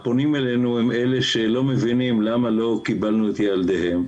הפונים אלינו הם אלה שלא מבינים למה לא קיבלנו את ילדיהם,